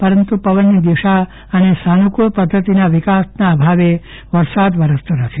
પરંતુ પવનની દિશા અને સાનુકુળ પધ્ધતિના વિકાસના અભાવે વરસાદ વરસતો નથી